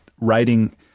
writing